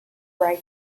try